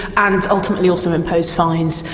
and ultimately also impose fines.